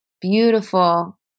beautiful